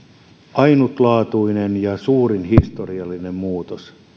ainutlaatuinen ja suuri historiallinen muutos